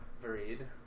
varied